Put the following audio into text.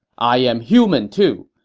i am human, too,